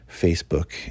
Facebook